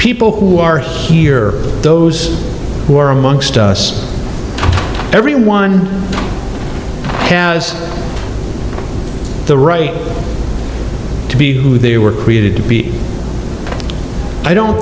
people who are here those who are amongst us everyone has the right to be who they were created to be i don't